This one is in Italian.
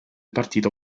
partito